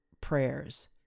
prayers